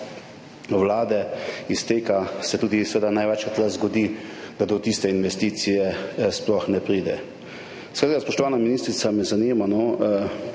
vlade izteka in se tudi seveda največkrat zgodi, da do tiste investicije sploh ne pride. Spoštovana ministrica, me zanima,